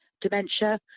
dementia